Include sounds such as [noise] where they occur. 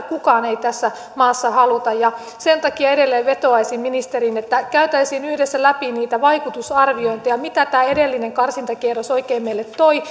[unintelligible] kukaan ei tässä maassa halua sen takia edelleen vetoaisin ministeriin että käytäisiin yhdessä läpi niitä vaikutusarviointeja mitä tämä edellinen karsintakierros oikein meille toi [unintelligible]